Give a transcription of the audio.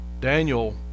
Daniel